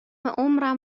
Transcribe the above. عمرم